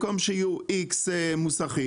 כלומר שבמקום שיהיו X מוסכים,